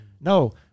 No